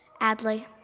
Adley